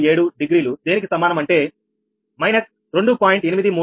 837 degree దేనికి సమానం అంటే − 2